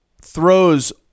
throws